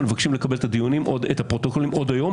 אנחנו מבקשים לקבל את הפרוטוקולים עוד היום